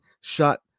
shot